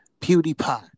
PewDiePie